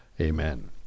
amen